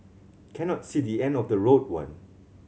cannot see the end of the road one